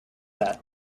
that